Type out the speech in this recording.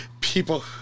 people